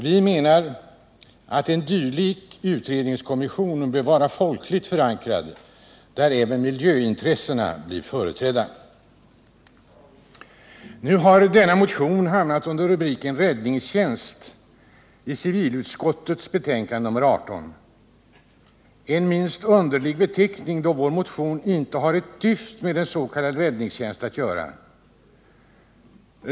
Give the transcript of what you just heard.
Vi menar att en dylik utredningskommission bör vara folkligt förankrad, varvid även miljöintressena bör vara företrädda. Nu har denna motion hamnat under rubriken räddningstjänst i civilutskottets betänkande nr 18, vilket är minst sagt underligt, då vår motion inte har ett dyft med s.k. räddningstjänst att göra.